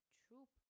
troop